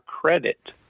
credit